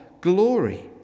glory